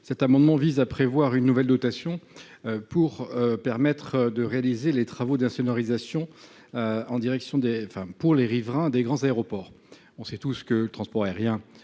Cet amendement vise à prévoir une nouvelle dotation pour permettre de réaliser les travaux d'insonorisation chez les riverains des grands aéroports. Le transport aérien